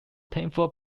painful